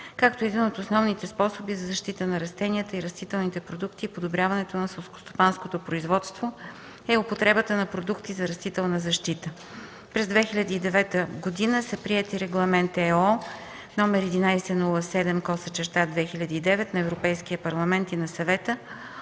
като един от основните способи за защита на растенията и растителните продукти и подобряване на селскостопанското производство е употребата на продукти за растителна защита; през 2009 г. са приети Регламент (ЕО) № 1107/2009 на Европейския парламент и на Съвета